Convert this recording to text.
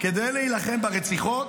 כדי להילחם ברציחות,